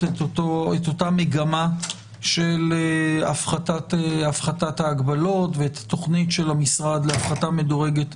את אותה מגמה של הפחתת ההגבלות ואת התוכנית של המשרד להפחתה מדורגת.